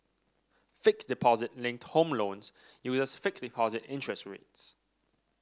fixed deposit linked home loans uses fixed deposit interest rates